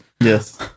Yes